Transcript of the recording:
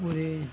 ஒரு